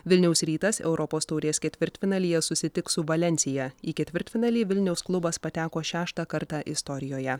vilniaus rytas europos taurės ketvirtfinalyje susitiks su valencia į ketvirtfinalį vilniaus klubas pateko šeštą kartą istorijoje